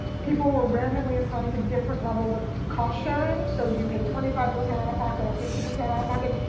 people were randomly assigned to different levels of cost-sharing. so do you pay twenty five percent out of pocket or fifty percent out of pocket.